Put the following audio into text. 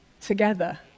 together